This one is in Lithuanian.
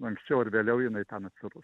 anksčiau ar vėliau jinai ten atsiras